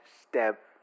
step